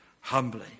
humbly